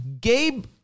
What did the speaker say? Gabe